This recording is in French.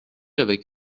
avec